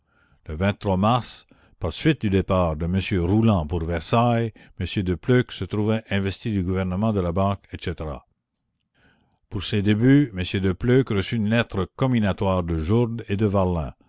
e mars par suite du départ de m rouland pour versailles m de pleuc se trouva investi du gouvernement de la banque etc pour ses débuts m de pleuc reçut une lettre comminatoire de jourde et de varlin